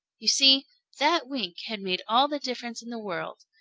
you see that wink had made all the difference in the world,